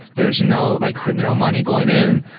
there is no like criminal money going in.